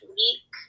week